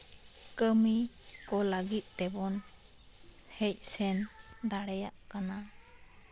ᱠᱟ ᱢᱤ ᱠᱚ ᱞᱟ ᱜᱤᱫ ᱛᱮᱵᱚᱱ ᱦᱮᱡ ᱥᱮᱱ ᱫᱟᱲᱮᱭᱟᱜ ᱠᱟᱱᱟ